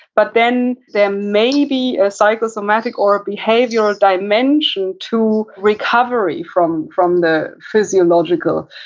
but then there may be a psycho sematic or a behavioral dimension to recovery from from the physiological